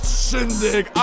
shindig